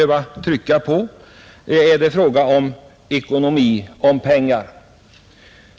Så är det, men det är beklagligt att behöva säga det.